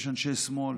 יש אנשי שמאל,